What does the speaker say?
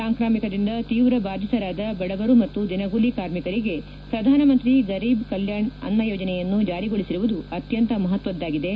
ಸಾಂಕಾಮಿಕದಿಂದ ತೀವ್ರ ಬಾಧಿತರಾದ ಬಡವರು ಮತ್ತು ದಿನಗೂಲಿ ಕಾರ್ಮಿಕರಿಗೆ ಪ್ರಧಾನಮಂತ್ರಿ ಗರೀಬ್ ಕಲ್ಲಾಣ್ ಅನ್ಯ ಯೋಜನೆಯನ್ನು ಜಾರಿಗೊಳಿಸಿರುವುದು ಅತ್ಯಂತ ಮಹತ್ವದ್ದಾಗಿದೆ